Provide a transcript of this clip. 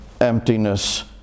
emptiness